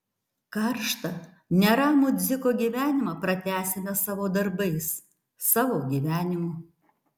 karštą neramų dziko gyvenimą pratęsime savo darbais savo gyvenimu